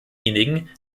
denjenigen